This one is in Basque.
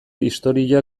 historia